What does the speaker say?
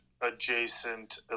adjacent